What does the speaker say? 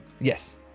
Yes